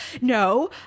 no